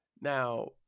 Now